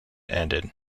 ended